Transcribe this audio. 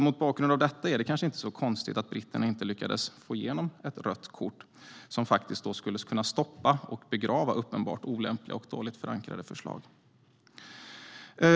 Mot bakgrund av detta är det kanske inte så konstigt att britterna inte lyckades få igenom ett rött kort som faktiskt skulle kunna stoppa och begrava uppenbart olämpliga och dåligt förankrade förslag.